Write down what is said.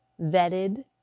vetted